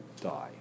die